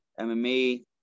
MMA